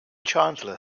chandler